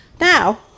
now